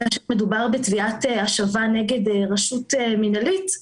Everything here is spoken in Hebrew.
שם מדובר בתביעת השבה נגד רשות מינהלית,